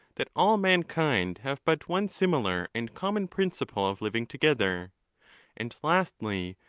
that all mankind have but one similar and common principle of living together and, lastly,